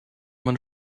man